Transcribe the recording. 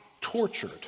tortured